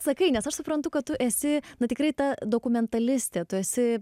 sakai nes aš suprantu kad tu esi na tikrai ta dokumentalistė tu esi